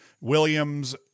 Williams